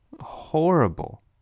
horrible